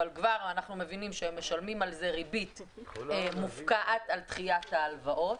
אבל כבר אנחנו מבינים שהם משלמים ריבית מופקעת על דחיית ההלוואות,